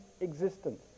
existence